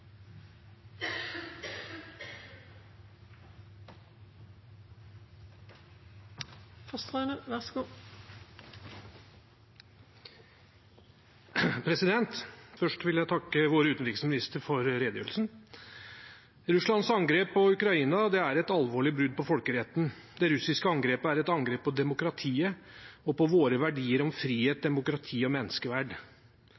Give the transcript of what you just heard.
Først vil jeg takke vår utenriksminister for redegjørelsen. Russlands angrep på Ukraina er et alvorlig brudd på folkeretten. Det russiske angrepet er et angrep på demokratiet og på våre verdier om frihet,